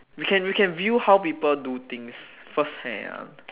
we can we can view how people do things first hand